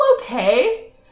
okay